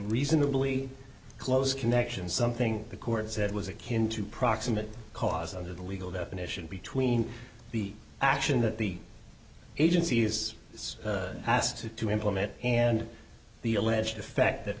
reasonably close connection something the court said was a kin to proximate cause under the legal definition between the action that the agency is asked to to implement and the alleged effect that